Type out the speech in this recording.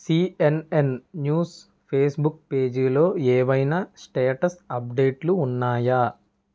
CNN news Facebook పేజీలో ఏవైనా status అప్డేట్లు ఉన్నాయా